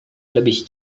lebih